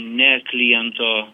ne kliento